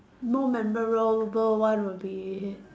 more memorable one will be